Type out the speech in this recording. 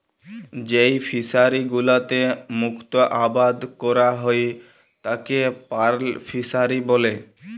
যেই ফিশারি গুলোতে মুক্ত আবাদ ক্যরা হ্যয় তাকে পার্ল ফিসারী ব্যলে